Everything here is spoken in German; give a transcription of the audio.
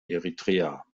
eritrea